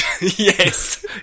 yes